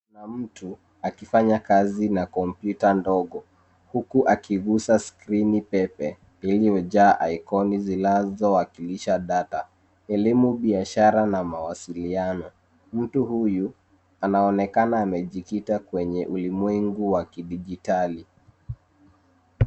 Na mtu akifanya kazi na kompyuta ndogo huku akigusa skrini pepe iliyojaa ikoni zinazowakilisha data elimu, biashara na mawasiliano. Mtu huyu anaonekana amejikita kwenye ulimwengu wa kidijitali.